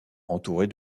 entourée